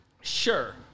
Sure